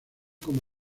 como